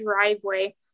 driveway